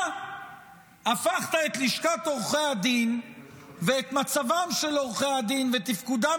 אתה הפכת את לשכת עורכי הדין ואת מצבם של עורכי הדין ואת תפקודם